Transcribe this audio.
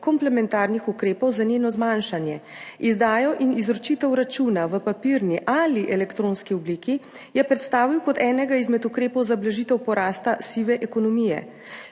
komplementarnih ukrepov za njeno zmanjšanje. Izdajo in izročitev računa v papirni ali elektronski obliki je predstavil kot enega izmed ukrepov za blažitev porasta sive ekonomije.